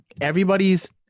everybody's